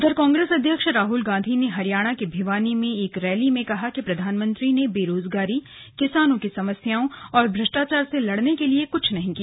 उधर कांग्रेस अध्यक्ष राहुल गांधी ने हरियाणा के भिवानी में एक रैली में कहा कि प्रधानमंत्री ने बेरोजगारी किसानों की समस्याओं और भ्रष्टाचार से लड़ने के लिए कुछ नहीं किया